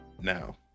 now